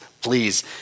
please